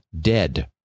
dead